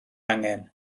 angen